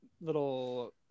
little